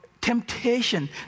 temptation